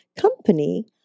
company